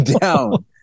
down